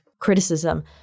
criticism